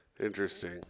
Interesting